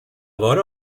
vora